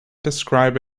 describe